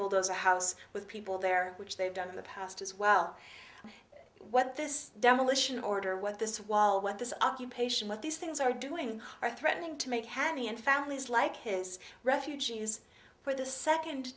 bulldoze a house with people there which they've done in the past as well what this demolition order what this while what this occupation what these things are doing are threatening to make candy and families like his refugees for the second